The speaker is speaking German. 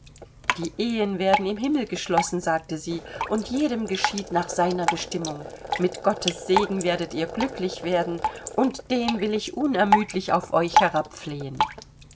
die ehen werden im himmel geschlossen sagte sie und jedem geschieht nach seiner bestimmung mit gottes segen werdet ihr glücklich werden und den will ich unermüdlich auf euch